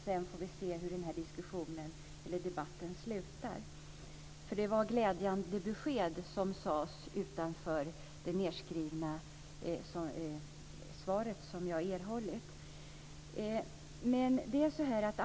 Sedan får vi se hur debatten slutar. Det var glädjande besked som gavs utöver det skrivna svar som jag erhållit.